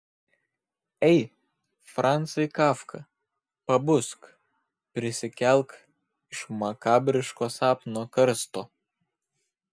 ei francai kafka pabusk prisikelk iš makabriško sapno karsto